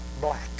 black